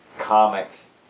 comics